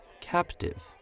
captive